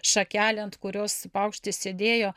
šakele ant kurios paukštis sėdėjo